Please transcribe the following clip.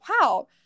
wow